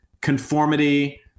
conformity